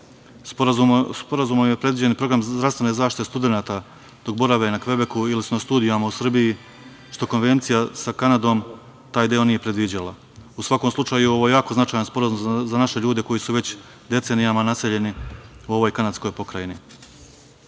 usluge. Sporazumom je predviđen i program zdravstvene zaštite studenata dok borave na Kvebeku ili su na studijama u Srbiji, što konvencija sa Kanadom taj deo nije predviđala. U svakom slučaju, ovo je jako značajan Sporazum za naše ljude koji su već decenijama naseljeni u ovoj kanadskoj pokrajini. Protokol